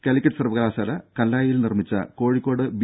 കാലിക്കറ്റ് സർവകലാശാല കല്ലായിയിൽ നിർമിച്ച കോഴിക്കോട് ബി